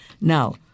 Now